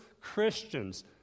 Christians